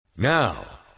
Now